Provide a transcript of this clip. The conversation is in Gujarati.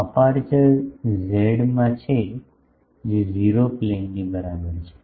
અપેરચ્યોર ઝેડમાં છે 0 પ્લેનની બરાબર છે